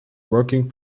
working